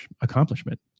accomplishment